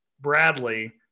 Bradley